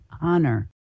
honor